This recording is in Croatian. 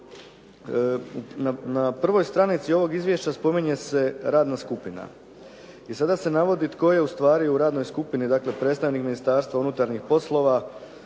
na prvoj stranici ovog izvješća spominje se radna skupina i sada se navodi tko je ustvari u radnoj skupini, dakle predstavnik Ministarstva unutarnjih poslova,